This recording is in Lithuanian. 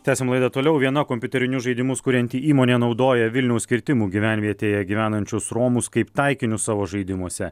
tęsiam laidą toliau viena kompiuterinius žaidimus kurianti įmonė naudoja vilniaus kirtimų gyvenvietėje gyvenančius romus kaip taikinius savo žaidimuose